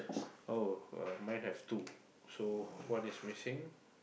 oh uh mine have two so one is missing